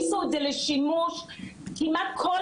אנחנו גם רוצים לשמור על האוכלוסייה הזאת הפגיעה